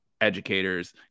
educators